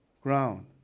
ground